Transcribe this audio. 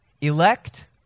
Elect